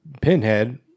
pinhead